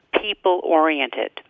people-oriented